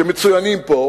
שמצוינים פה,